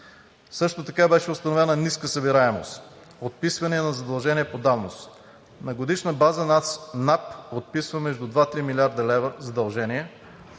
Също така беше установена ниска събираемост, отписвания на задължения по давност. На годишна база НАП отписва между 2 – 3 млрд. лв. задължения,